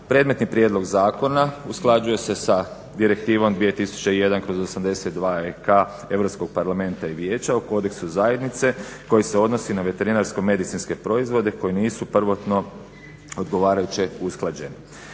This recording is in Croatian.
Predmetni prijedlog zakona usklađuje se sa Direktivom 2001/82EK Europskog parlamenta i Vijeća o kodeksu zajednice koji se odnosi na veterinarsko-medicinske proizvode koji nisu prvotno odgovarajuće usklađeni.